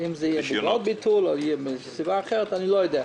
אם מביטול או מסיבה אחרת - אני לא יודע.